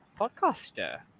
podcaster